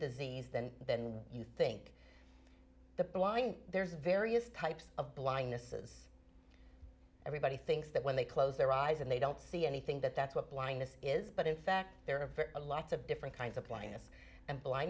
disease than then you think the blind there's various types of blindness is everybody thinks that when they close their eyes and they don't see anything that that's what blindness is but in fact there are a lots of different kinds of pla